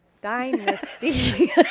dynasty